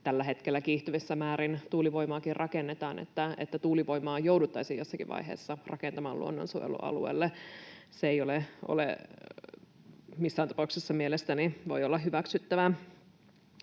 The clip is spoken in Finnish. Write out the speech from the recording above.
tällä hetkellä kiihtyvissä määrin tuulivoimaakin rakennetaan, että tuulivoimaa jouduttaisiin jossakin vaiheessa rakentamaan luonnonsuojelualueelle. Se ei missään tapauksessa mielestäni voi olla hyväksyttävää.